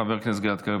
חבר הכנסת גלעד קריב,